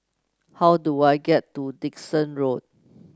how do I get to Dickson Road